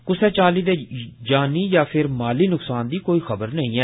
कुसै चाली दे जानी यां फही माली नुक्सान दी कोई खबर नेई ऐ